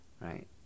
right